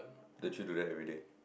don't you do that everyday